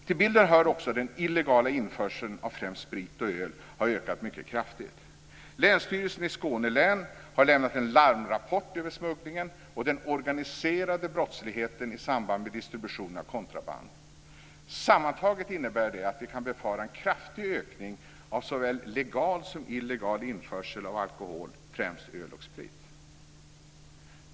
Till bilden hör också att den illegala införseln av främst sprit och öl har ökat mycket kraftigt. Länsstyrelsen i Skåne län har lämnat en larmrapport över smugglingen och den organiserade brottsligheten i samband med distributionen av kontraband. Sammantaget innebär det att vi kan befara en kraftig ökning av såväl legal som illegal införsel av alkohol, och då främst öl och sprit.